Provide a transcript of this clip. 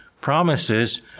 promises